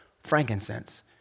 frankincense